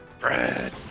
Red